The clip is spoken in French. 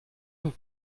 nous